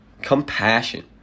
Compassion